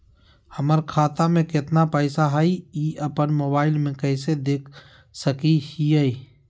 हमर खाता में केतना पैसा हई, ई अपन मोबाईल में कैसे देख सके हियई?